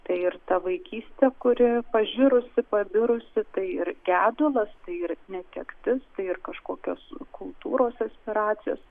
tai ir ta vaikystė kuri pažirusi pabirusi tai ir gedulas tai ir netektis tai ir kažkokios kultūros aspiracijos